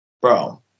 Bro